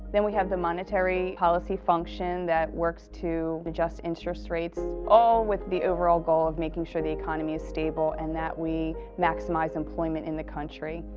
then we have the monetary policy function that works to adjust interest rates, all with the overall goal of making sure the economy is stable and that we maximize employment in the country.